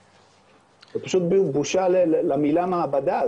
זאת פשוט בושה למילה מעבדה.